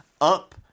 Up